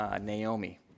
Naomi